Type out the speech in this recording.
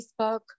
Facebook